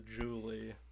Julie